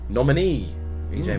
Nominee